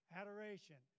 adoration